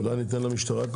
אולי ניתן למשטרה?